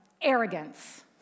Arrogance